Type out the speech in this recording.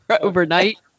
overnight